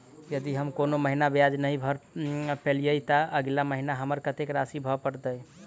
यदि हम कोनो महीना ब्याज नहि भर पेलीअइ, तऽ अगिला महीना हमरा कत्तेक राशि भर पड़तय?